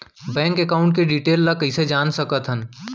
Bank account के detail ल कइसे जान सकथन?